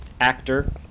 actor